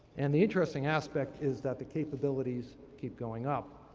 and the interesting aspect is that the capabilities keep going up.